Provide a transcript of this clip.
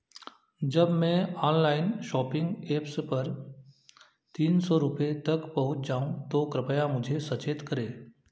जब मैं online shopping apps पर तीन सौ रुपये तक पहुँच जाऊँ तो कृपया मुझे सचेत करें